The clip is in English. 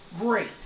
great